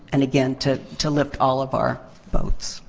and again, to to lift all of our boats.